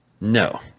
No